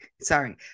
sorry